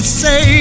say